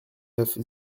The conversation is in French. neuf